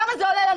כמה זה עולה לנו?